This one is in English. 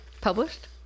published